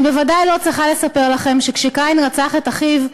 אני בוודאי לא צריכה לספר לכם שכשקין רצח את אחיו,